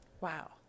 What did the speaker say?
Wow